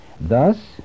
Thus